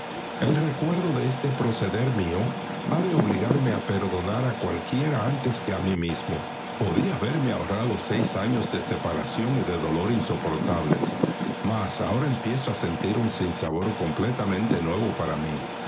el recuerdo de este proceder mío ha de obligarme a perdonar a cualquiera antes que a mí mismo podía haberme ahorrado seis años de separación y de dolor insoportables mas ahora empiezo a sentir un sinsabor completamente nuevo para mí